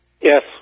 Yes